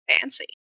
Fancy